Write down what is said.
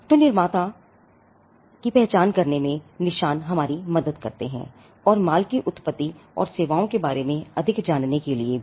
तो निशान हमें निर्माता की पहचान करने में मदद करता है और माल की उत्पत्ति और सेवाओं के बारे में अधिक जानने के लिए भी